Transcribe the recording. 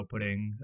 outputting